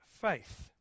faith